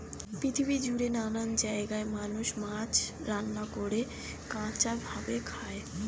পৃথিবী জুড়ে নানান জায়গায় মানুষ মাছ রান্না করে, কাঁচা ভাবে খায়